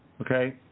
okay